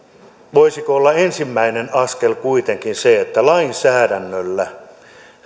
voisiko olla ensimmäinen askel kuitenkin se että lainsäädännöllä